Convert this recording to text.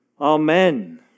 Amen